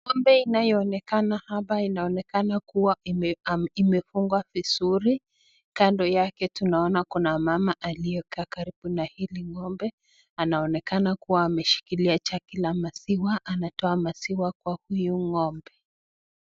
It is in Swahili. Ng'ombe inayoonekana hapa inaonekana kuwa imefungwa vizuri. Kando yake tunaona kuwa kuna mama aliyekaa karibu na hili ng'ombe. Anaonekana kuwa ameshikilia jagi la maziwa. Anatoa maziwa kwa huyu ng'ombe.